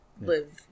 live